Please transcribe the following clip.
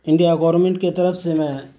India government کی طرف سے میں